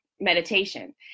meditation